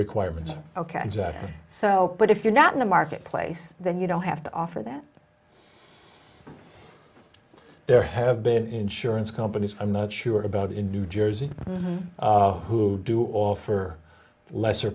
requirements ok so but if you're not in the marketplace then you don't have to offer that there have been insurance companies i'm not sure about in new jersey who do offer lesser